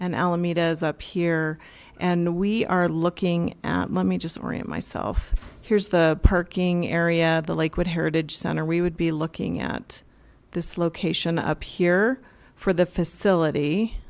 and alameda is up here and we are looking at let me just orient myself here's the parking area the lakewood heritage center we would be looking at this location up here for the facility